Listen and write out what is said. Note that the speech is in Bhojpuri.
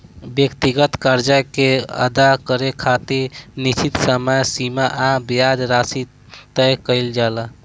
व्यक्तिगत कर्जा के अदा करे खातिर निश्चित समय सीमा आ ब्याज राशि तय कईल जाला